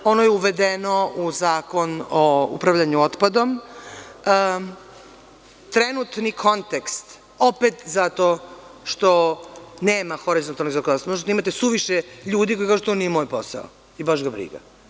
Ono je uvedeno u Zakon o upravljanju otpadom, trenutni kontekst, opet zato što nema horizontalnog zakonodavstva, zato što imate isuviše ljudi koji kažu – to nije moj posao, baš ga briga.